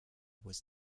was